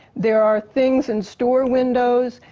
there are things in store windows,